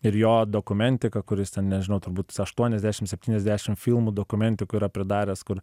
ir jo dokumentika kur jis ten nežinau turbūt aštuoniasdešimt septyniasdešim filmų dokumentikų yra pridaręs kur